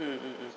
mm mm mm